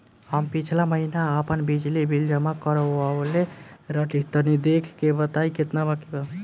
हम पिछला महीना आपन बिजली बिल जमा करवले रनि तनि देखऽ के बताईं केतना बाकि बा?